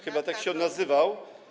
chyba tak się on nazywa.